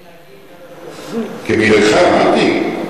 כמנהגי, כמנהגך, אמרתי.